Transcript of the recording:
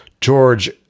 George